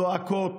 זועקות.